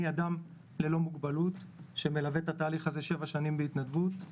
אני אדם בלי מוגבלות שמלווה את התהליך הזה שבע שנים בהתנדבות.